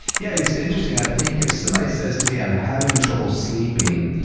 yeah, it's interesting. i think if somebody says to me, i'm having trouble sleeping,